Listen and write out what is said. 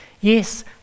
Yes